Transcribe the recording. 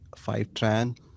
Fivetran